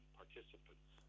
participants